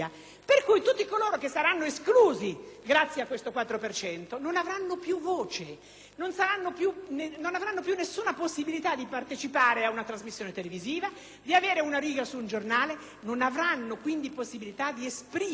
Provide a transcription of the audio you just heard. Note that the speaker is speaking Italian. non avranno più alcuna possibilità di partecipare ad una trasmissione televisiva, di avere una riga su un giornale, non avranno quindi possibilità di esprimere quelle opinioni che la Costituzione garantisce a tutti ed a ciascuno.